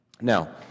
Now